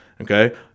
Okay